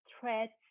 threats